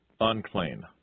unclean